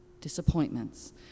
disappointments